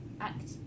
act